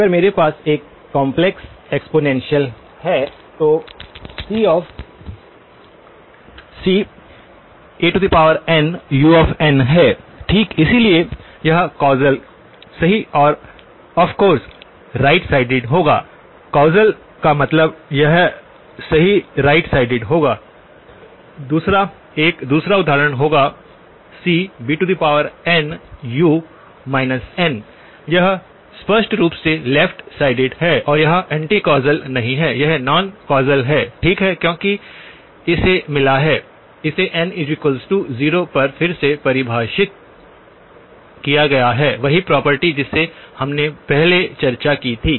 अगर मेरे पास एक कॉम्प्लेक्स एक्सपोनेंशियल है तो canunहै ठीक इसलिए यह कौसल सही और ऑफ कोर्स राइट साइडेड होगा कौसल का मतलब यह सही राइट साइडेड होगा दूसरा एक दूसरा उदाहरण होगा cbnu n यह स्पष्ट रूप से लेफ्ट साइडेड है और यह एंटी कौसल नहीं है यह नॉन कौसल है ठीक है क्योंकि इसे मिला है इसे n 0 पर फिर से परिभाषित किया गया है वही प्रॉपर्टी जिसे हमने पहले चर्चा की थी